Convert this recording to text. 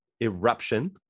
eruption